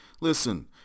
Listen